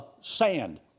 sand